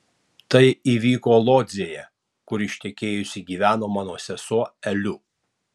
tai įvyko lodzėje kur ištekėjusi gyveno mano sesuo eliu